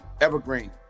Evergreen